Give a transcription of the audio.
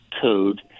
code